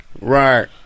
Right